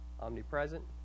omnipresent